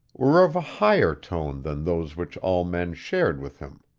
were of a higher tone than those which all men shared with him.